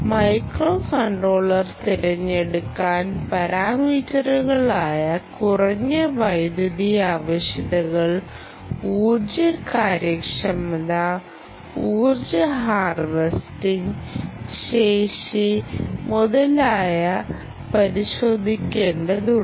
microcontroller തിരഞ്ഞെടുക്കാൻ പാരാമീറ്ററുകളായ കുറഞ്ഞ വൈദ്യുതി ആവശ്യകതകൾ ഊർജ്ജ കാര്യക്ഷമത ഊർജ്ജ ഹാർവെസ്റ്റിൻറെa ശേഷി മുതലായവ പരിശോധിക്കേണ്ടതുണ്ട്